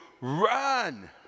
run